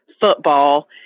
football